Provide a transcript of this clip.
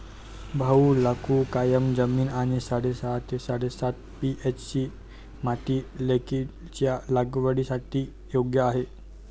भाऊ वालुकामय जमीन आणि साडेसहा ते साडेसात पी.एच.ची माती लौकीच्या लागवडीसाठी योग्य आहे